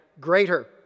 greater